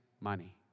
money